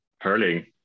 hurling